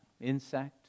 insect